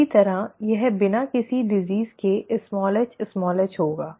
इसी तरह यह बिना किसी बीमारी के hh होगा